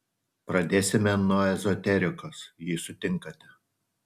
pradėsime nuo ezoterikos jei sutinkate